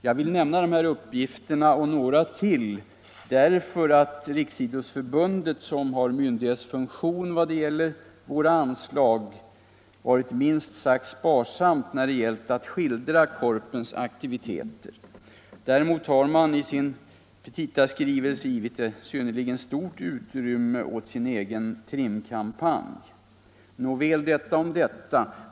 Jag vill lämna dessa uppgifter och några till enär Riksidrottsförbundet, som har myndighetsfunktion i vad gäller våra anslag, har varit minst sagt sparsamt när det gällt att skildra Korpens aktiviteter. Däremot har förbundet i sin petitaskrivelse givit synnerligen stort utrymme åt sin egen Trim-kampanj. Nåväl — detta om detta.